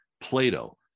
Plato